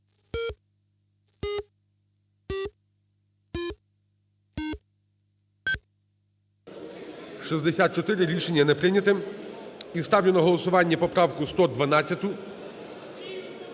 За-64 Рішення не прийнято. І ставлю на голосування поправку 112.